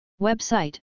Website